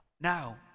Now